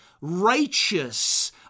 righteous